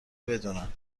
بدونن